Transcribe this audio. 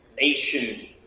Nation